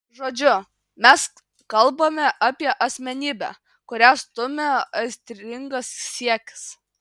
žodžiu mes kalbame apie asmenybę kurią stumia aistringas siekis